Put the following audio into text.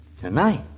Tonight